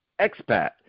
Expat